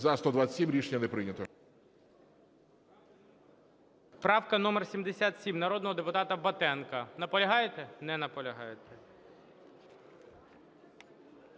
За-128 Рішення не прийнято.